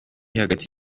hagati